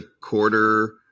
quarter